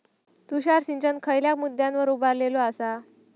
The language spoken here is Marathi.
तुषार सिंचन खयच्या मुद्द्यांवर उभारलेलो आसा?